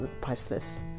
priceless